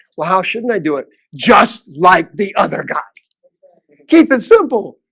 well, how shouldn't i do it just like the other guys keep it simple.